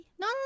No